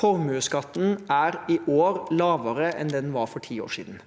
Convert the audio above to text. Formuesskatten er i år lavere enn den var for ti år siden,